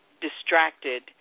distracted